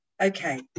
Okay